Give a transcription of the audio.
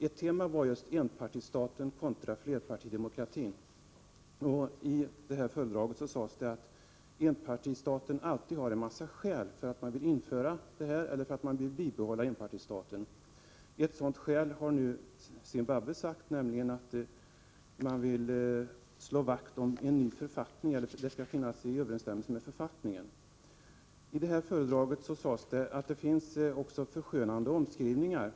Ett tema var just enpartistaten kontra flerpartidemokratin, I föredraget sades att enpartistaten alltid har en massa skäl för att införa eller bibehålla enpartistaten. Ett sådant skäl anför Zimbabwe när man säger att införandet av enpartistaten skall följa författningen. I föredraget sades också att det finns förskönande omskrivningar.